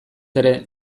ere